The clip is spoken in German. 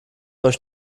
euch